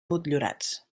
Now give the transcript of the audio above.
motllurats